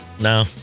No